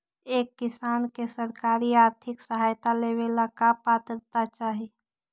एक किसान के सरकारी आर्थिक सहायता लेवेला का पात्रता चाही?